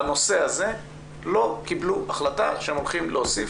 בנושא הזה לא קיבלו החלטה שהם הולכים להוסיף,